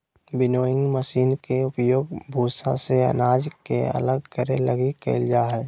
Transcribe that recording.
winnowing machine के उपयोग भूसा से अनाज के अलग करे लगी कईल जा हइ